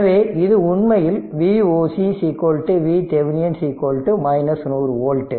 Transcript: எனவே இது உண்மையில் Voc VThevenin 100 வோல்ட்